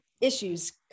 issues